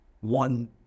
one